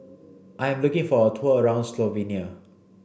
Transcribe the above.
I am looking for a tour around Slovenia